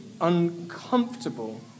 uncomfortable